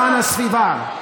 למען הסביבה.